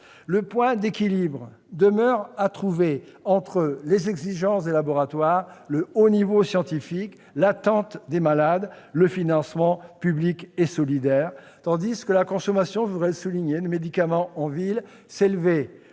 le point d'équilibre entre les exigences des laboratoires, le haut niveau scientifique, l'attente des malades, le financement public et solidaire, tandis que la consommation de médicaments en ville s'élevait